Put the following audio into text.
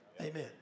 Amen